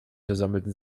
versammelten